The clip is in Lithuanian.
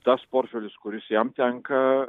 tas portfelis kuris jam tenka